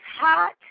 hot